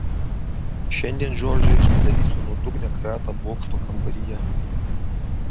šiandien džordžai aš padarysiu nuodugnią kratą bokšto kambaryje